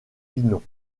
pinon